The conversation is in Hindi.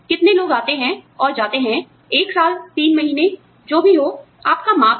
कितने लोग आते हैं और जाते हैं एक साल तीन महीने जो भी हो आपका माप है